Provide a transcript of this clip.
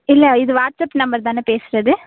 இல்லை இது WhatsApp number தானே பேசுகிறது